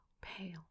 pale